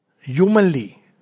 humanly